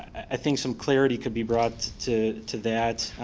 i think some clarity could be brought to to that,